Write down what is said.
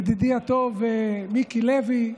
ידידי הטוב מיקי לוי,